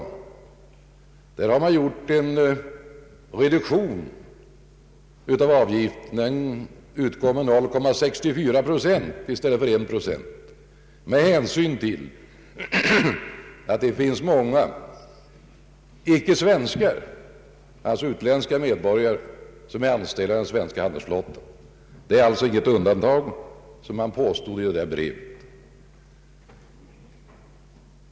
För den har man gjort en reduktion av avgiften. Den utgår med 0,64 procent i stället för 1 procent, med hänsyn till att det finns många utländska medborgare som är anställda i svenska handelsflottan. Det är alltså inget undantag, som man påstod i det där brevet.